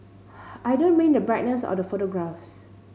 I don't mean the brightness out the photographs